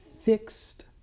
fixed